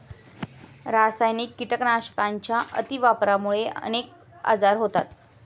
रासायनिक कीटकनाशकांच्या अतिवापरामुळे अनेक आजार होतात